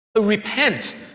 Repent